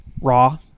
raw